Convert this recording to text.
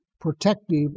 protective